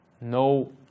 No